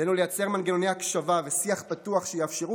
עלינו לייצר מנגנוני הקשבה ושיח פתוח שיאפשרו